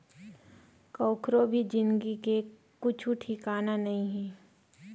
कखरो भी जिनगी के कुछु ठिकाना नइ हे